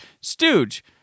Stooge